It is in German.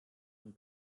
von